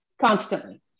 constantly